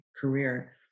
career